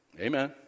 Amen